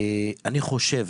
אני חושב